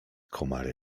komary